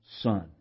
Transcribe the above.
son